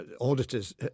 auditors